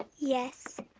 ah yes.